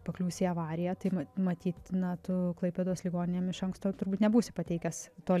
pakliūsi į avariją tai mat matyt na tu klaipėdos ligoninėm iš anksto turbūt nebūsi pateikęs to